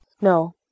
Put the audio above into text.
No